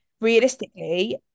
realistically